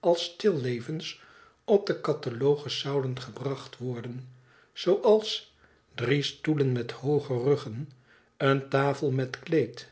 als stillevens op den catalogus zouden gebracht worden zooals drie stoelen met hooge ruggen eene tafel met kleed